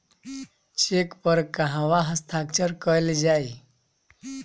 Check पर कहवा हस्ताक्षर कैल जाइ?